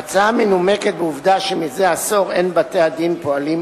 ההצעה מנומקת בעובדה שזה עשור בתי-הדין פועלים